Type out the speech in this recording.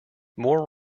more